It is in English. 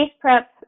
prep